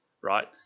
right